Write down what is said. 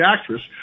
actress